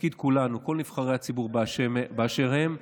תפקיד כולנו, כל נבחרי הציבור באשר הם,